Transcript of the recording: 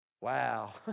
Wow